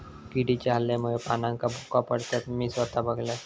किडीच्या हल्ल्यामुळे पानांका भोका पडतत, मी स्वता बघलंय